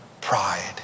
pride